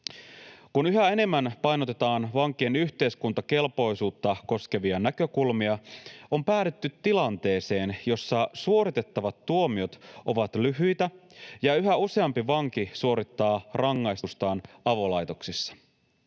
Kun yhä enemmän painotetaan vankien yhteiskuntakelpoisuutta koskevia näkökulmia, on päädytty tilanteeseen, jossa suoritettavat tuomiot ovat lyhyitä ja yhä useampi vanki suorittaa rangaistustaan avolaitoksessa.